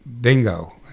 bingo